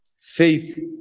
Faith